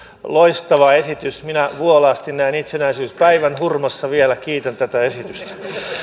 loistava esitys minä vuolaasti näin itsenäisyyspäivän hurmassa vielä kiitän tätä esitystä